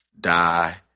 die